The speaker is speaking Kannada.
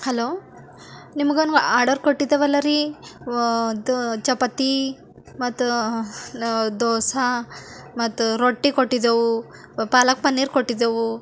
ಹಲೋ ನಿಮ್ಗೊಂದು ಆಡರ್ ಕೊಟ್ಟಿದ್ದೇವಲ್ಲ ರೀ ವ ದ ಚಪಾತಿ ಮತ್ತು ದೋಸೆ ಮತ್ತು ರೊಟ್ಟಿ ಕೊಟ್ಟಿದ್ದೆವು ಪಾಲಾಕ್ ಪನ್ನೀರು ಕೊಟ್ಟಿದ್ದೆವು